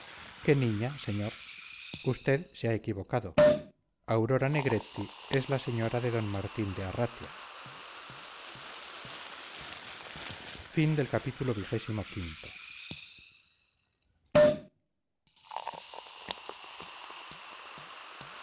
qué niña señor usted se ha equivocado aurora negretti es la señora de d martín de arratia